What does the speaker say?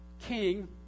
king